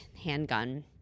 handgun